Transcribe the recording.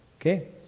Okay